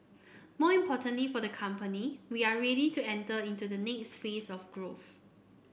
more importantly for the company we are ready to enter into the next phase of growth